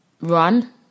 run